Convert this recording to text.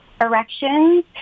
erections